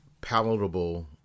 palatable